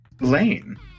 lane